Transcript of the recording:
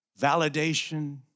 validation